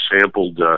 sampled